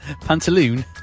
pantaloon